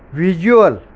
visual